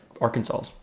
Arkansas